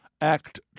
act